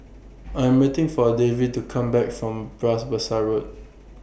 I'm waiting For Davie to Come Back from Bras Basah Road